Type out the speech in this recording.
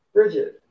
Bridget